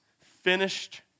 finished